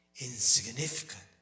insignificant